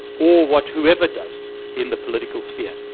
or what whoever does in the political sphere.